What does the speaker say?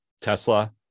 Tesla